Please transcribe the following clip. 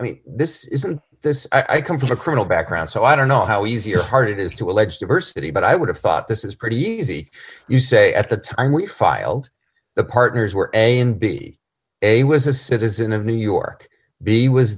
i mean this isn't this i come from a criminal background so i don't know how easy or hard it is to allege diversity but i would have thought this is pretty easy you say at the time we filed the partners were n b a was a citizen of new york b was